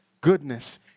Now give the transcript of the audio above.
goodness